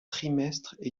trimestres